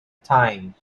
time